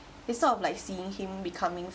it's sort of like seeing him becoming